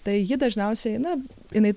tai ji dažniausiai na jinai